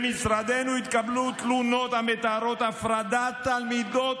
במשרדנו התקבלו תלונות המתארות הפרדת תלמידות